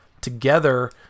together